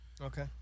Okay